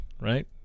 right